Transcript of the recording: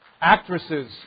Actresses